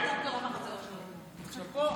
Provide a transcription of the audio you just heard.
תגיד,